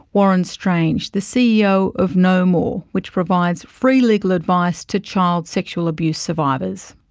warren strange, the ceo of know more, which provides free legal advice to child sexual abuse survivors